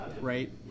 right